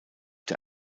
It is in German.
der